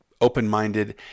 open-minded